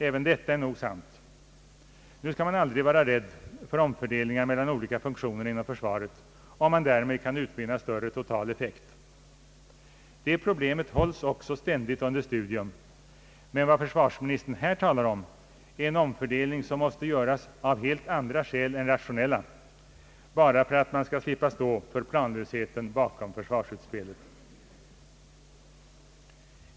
Även detta är nog sant. Nu skall man aldrig vara rädd för omfördelningar mellan olika funktioner inom försvaret, om man därmed kan utvinna större total effekt. Det problemet hålles också ständigt under studium. Men vad försvarsministern här talar om är en omfördelning, som måste göras av helt andra skäl än de rationella bara för att man skall slippa stå för planlösheten bakom försvarsutspelet.